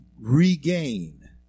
regain